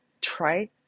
try